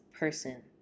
person